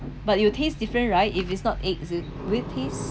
but you taste different right if it's not eggs it will it taste